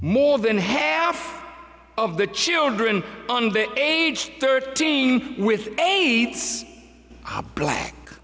more than half of the children under age thirteen with aids black